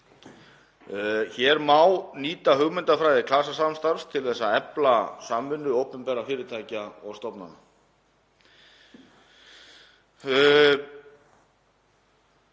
Hér má nýta hugmyndafræði klasasamstarfs til að efla samvinnu opinberra fyrirtækja og stofnana